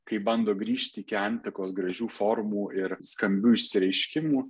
kai bando grįžti į antikos gražių formų ir skambių išsireiškimų